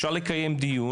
אפשר לקיים דיון,